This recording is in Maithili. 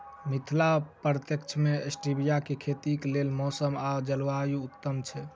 मिथिला प्रक्षेत्र मे स्टीबिया केँ खेतीक लेल मौसम आ जलवायु उत्तम छै?